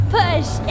push